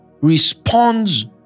responds